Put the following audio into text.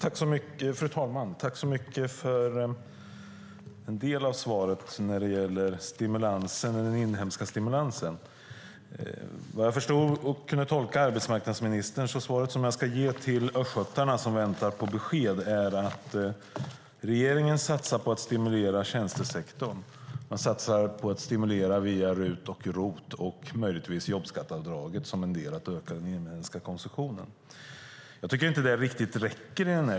Fru talman! Tack för svaret när det gäller den inhemska stimulansen. Om jag tolkar arbetsmarknadsministern rätt är svaret jag ska ge till de östgötar som väntar på besked att regeringen satsar på att stimulera tjänstesektorn. Man satsar på att stimulera via RUT och ROT och möjligtvis jobbskatteavdraget för att öka den inhemska konsumtionen. Jag tycker inte att det riktigt räcker.